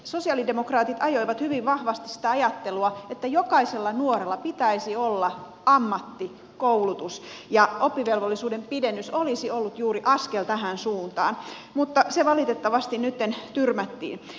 sosialidemokraatit ajoivat hyvin vahvasti sitä ajattelua että jokaisella nuorella pitäisi olla ammatti koulutus ja oppivelvollisuuden pidennys olisi ollut juuri askel tähän suuntaan mutta se valitettavasti nytten tyrmättiin